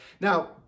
Now